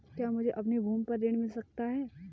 क्या मुझे अपनी भूमि पर ऋण मिल सकता है?